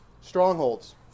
Strongholds